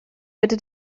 bitte